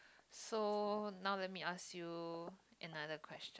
so now let me ask you another question